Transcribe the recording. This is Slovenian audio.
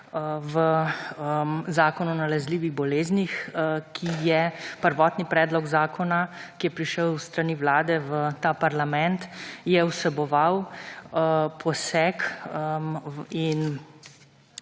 v zakon o nalezljivih boleznih, ki je prvotni predlog zakona, ki je prišel s strani vlade v ta parlament, je vseboval poseg in